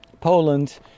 poland